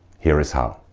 here is how